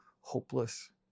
hopeless